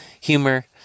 humor